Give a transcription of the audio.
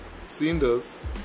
cinders